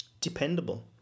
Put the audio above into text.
dependable